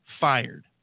fired